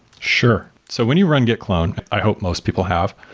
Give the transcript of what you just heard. sure. so when you run git clone, i hope most people have,